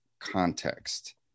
context